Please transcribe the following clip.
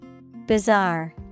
bizarre